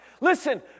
Listen